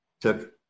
took